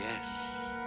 yes